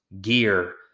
gear